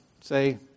say